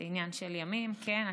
זה עניין של ימים, כן.